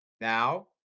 now